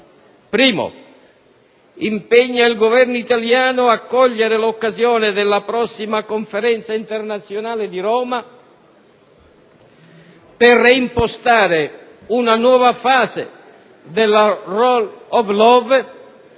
luogo, impegna il Governo italiano a cogliere l'occasione della prossima Conferenza internazionale di Roma per reimpostare una nuova fase della *rule of law*